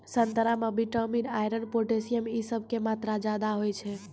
संतरा मे vitamin, iron, potassium इ सभ के मात्रा ज्यादा होय छै